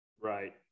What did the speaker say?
Right